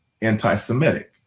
anti-Semitic